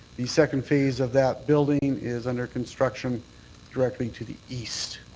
the second phase of that building is under construction directly to the east.